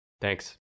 Thanks